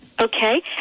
Okay